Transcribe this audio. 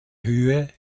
höhe